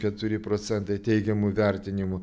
keturi procentai teigiamų vertinimų